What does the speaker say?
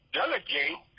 delegate